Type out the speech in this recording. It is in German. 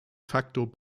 facto